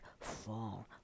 fall